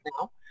now